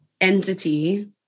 entity